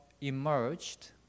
emerged